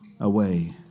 away